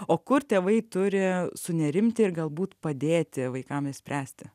o kur tėvai turi sunerimti ir galbūt padėti vaikam išspręsti